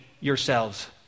yourselves